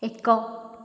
ଏକ